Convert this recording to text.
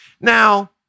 Now